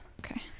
Okay